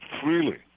freely